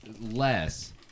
less